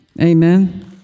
Amen